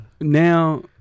Now